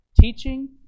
Teaching